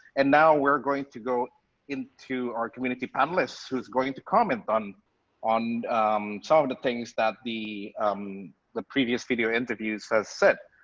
and now we are going to go into our community panelists who are going to comment on on some of the things the um the previous video interviewers have said.